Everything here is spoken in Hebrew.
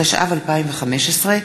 התשע"ו 2015,